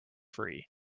free